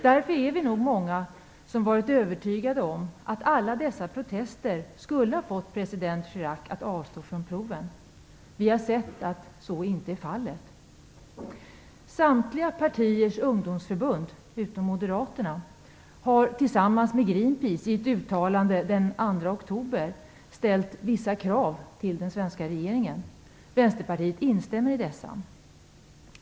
Därför är vi nog många som varit övertygade om att alla dessa protester skulle ha fått president Chirac att avstå från proven. Vi har sett att så inte är fallet. Samtliga partiers ungdomsförbund, utom Moderaternas, har tillsammans med Greenpeace i ett uttalande den 2 oktober vänt sig med vissa krav till den svenska regeringen. Vänsterpartiet instämmer i dessa.